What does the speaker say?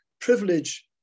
privilege